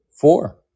Four